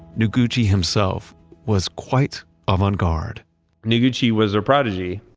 noguchi himself was quite avant garde noguchi was a prodigy,